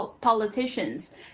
politicians